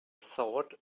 thought